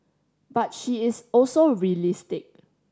but she is also realistic